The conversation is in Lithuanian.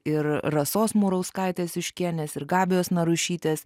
ir rasos murauskaitės juškienės ir gabijos narušytės